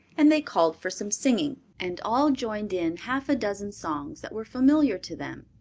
and they called for some singing, and all joined in half a dozen songs that were familiar to them.